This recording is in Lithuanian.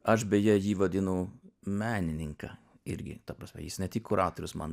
aš beje jį vadinu menininką irgi ta prasme jis ne tik kuratorius man